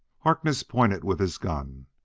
harkness pointed with his gun.